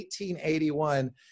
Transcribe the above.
1881